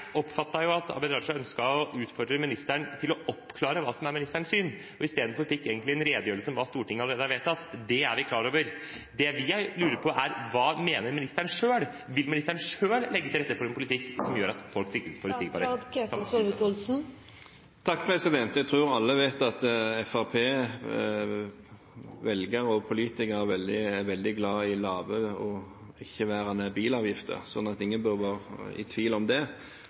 at Abid Q. Raja ønsket å utfordre ministeren på å oppklare hva som er ministerens syn, og i stedet fikk han egentlig en redegjørelse om hva Stortinget allerede har vedtatt. Det er vi klar over. Det vi lurer på, er: Hva mener ministeren selv? Vil ministeren selv legge til rette for en politikk som gjør at folk er sikret forutsigbarhet fram til 2017? Jeg tror alle vet at Fremskrittspartiet – velgere og politikere – er veldig glad i lave og ikke-eksisterende bilavgifter, ingen bør være i tvil om det.